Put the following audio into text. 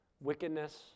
wickedness